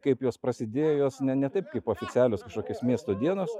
kaip jos prasidėjo jos ne ne taip kaip oficialios kažkokios miesto dienos